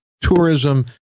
tourism